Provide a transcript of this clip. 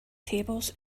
tables